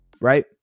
Right